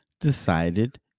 decided